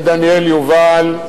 זה דניאל יובל,